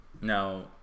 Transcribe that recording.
now